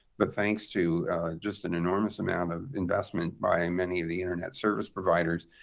but thanks to just an enormous amount of investment by many of the internet service providers,